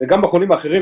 וגם בחולים האחרים,